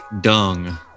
dung